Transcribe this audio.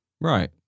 Right